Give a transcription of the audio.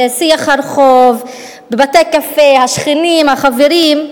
זה שיח הרחוב בבתי-קפה, השכנים, החברים.